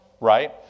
right